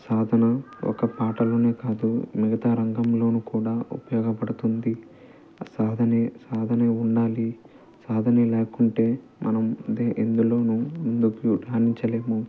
సాధన ఒక పాటలోనే కాదు మిగతా రంగంలోను కూడా ఉపయోగపడుతుంది సాధనే సాధనే ఉండాలి సాధనే లేకుంటే మనం ఎన్ ఎందులోనూ ముందుకు రాణించలేము